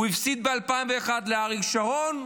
הוא הפסיד ב-2001 לאריק שרון,